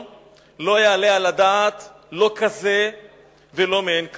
וחלילה לא יעלה על הדעת לא כזה ולא מעין כזה.